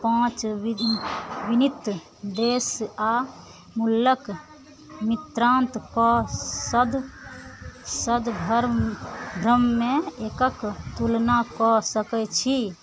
पाँच विनित देश आओर मूल्यक मित्रांत कऽ सद सद भर्म भ्रममे एकक तुलना कऽ सकय छी